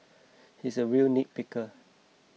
he is a real nitpicker